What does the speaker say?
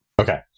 okay